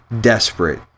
desperate